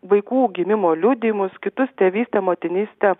vaikų gimimo liudijimus kitus tėvystę motinystę